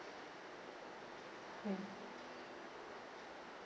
mm